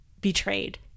betrayed